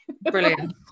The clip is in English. brilliant